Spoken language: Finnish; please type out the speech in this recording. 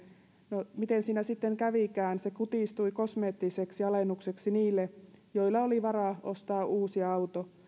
no miten siinä sitten kävikään se kutistui kosmeettiseksi alennukseksi niille joilla oli varaa ostaa uusi auto